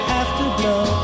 afterglow